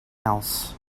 else